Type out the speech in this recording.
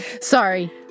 Sorry